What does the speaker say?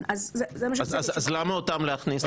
אז למה אותם להכניס?